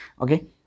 Okay